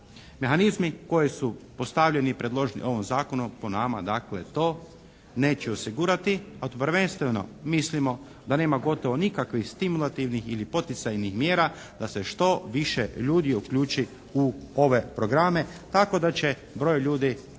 Mehanizmi koji su postavljeni i predloženi u ovom Zakonu po nama, dakle, to neće osigurati. Prvenstveno mislimo da nema gotovo nikakvih stimulativnih ili poticajnih mjera da se što više ljudi uključi u ove programe. Tako da će broj ljudi